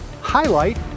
Highlight